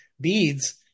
Beads